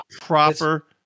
proper